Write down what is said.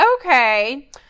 okay